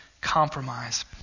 compromise